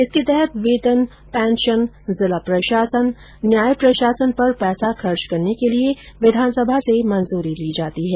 इसके तहत वेतन पेंशन जिला प्रशासन न्याय प्रशासन पर पैसा खर्च करने के लिये विधानसभा से मंजूरी ली जाती है